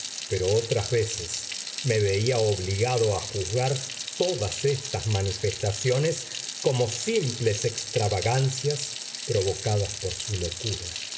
pero otras veces me veía obligado a juzgar todas estas manifestaciones como simples extravagancias provocadas por su locura